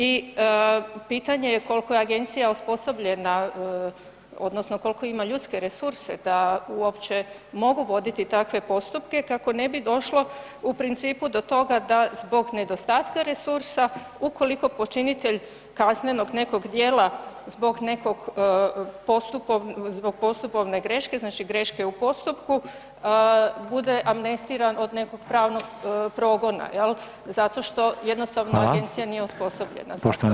I pitanje je koliko je agencija osposobljenja odnosno koliko ima ljudske resurse da uopće mogu voditi takve postupke kako ne bi došlo u principu do toga da zbog nedostatka resursa ukoliko počinitelj kaznenog nekog djela zbog nekog, zbog postupovne greške znači greške u postupku bude amnestiran od nekog pravnog progona jel, zato što jednostavno agencija [[Upadica: Hvala.]] nije osposobljena.